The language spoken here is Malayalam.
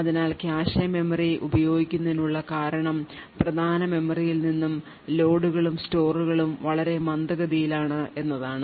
അതിനാൽ കാഷെ മെമ്മറി ഉപയോഗിക്കുന്നതിനുള്ള കാരണം പ്രധാന മെമ്മറിയിൽ നിന്ന് ലോഡുകളും സ്റ്റോറുകളും വളരെ മന്ദഗതിയിലാണ് എന്നതാണ്